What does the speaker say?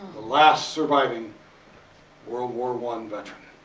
the last surviving world war one veteran.